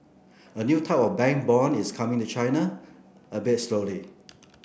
a new type of bank bond is coming to China albeit slowly